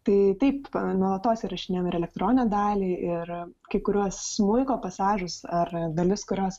tai taip nuolatos įrašinėjom ir elektronę dalį ir kai kuriuos smuiko pasažus ar dalis kurios